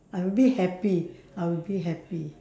I will be happy I will be happy